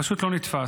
זה פשוט לא נתפס.